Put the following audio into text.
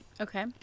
Okay